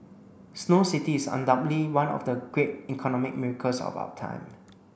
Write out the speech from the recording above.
Snow City is undoubtedly one of the great economic miracles of our time